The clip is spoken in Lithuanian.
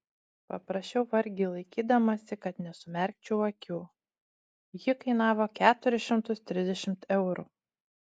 paprašiau vargiai laikydamasi kad nesumerkčiau akių ji kainavo keturis šimtus trisdešimt eurų